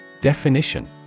Definition